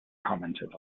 commented